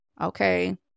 Okay